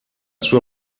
sua